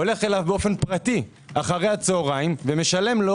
הולך אליו פרטי אחרי הצהריים ומשלם לו